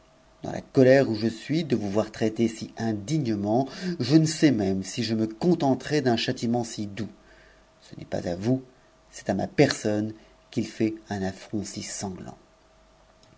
dans la colère où je suis de vous voir traitée si indignement je ne sais même si je me contenterai d'un châtiment si doux ce n'est pas à vous c'est a'm personne qu'il fait un affront si sanglant